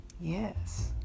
Yes